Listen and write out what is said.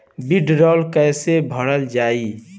वीडरौल कैसे भरल जाइ?